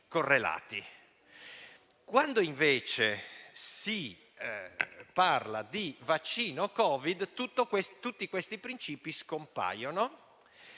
Quando invece si parla di vaccino Covid tutti questi principi scompaiono.